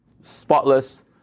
spotless